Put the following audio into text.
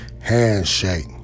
handshake